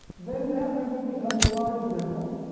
then that ripple becomes a larger ripple,